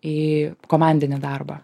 į komandinį darbą